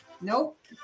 Nope